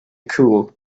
cool